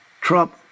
Trump